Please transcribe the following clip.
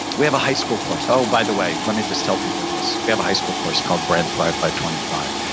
we have a high school course. oh by the way, let me just tell people this. we have a high school course called brain thrive by twenty five.